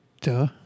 Duh